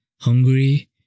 hungry